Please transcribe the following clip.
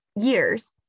years